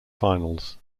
finals